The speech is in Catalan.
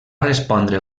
respondre